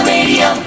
Radio